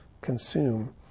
consume